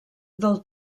del